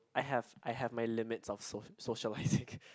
I have I have my limits of social socialising